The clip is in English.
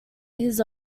his